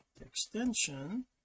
extension